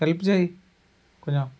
help చేయి కొంచెం